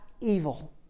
evil